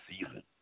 season